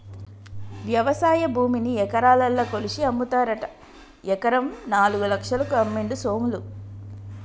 వ్యవసాయ భూమిని ఎకరాలల్ల కొలిషి అమ్ముతారట ఎకరం నాలుగు లక్షలకు అమ్మిండు సోములు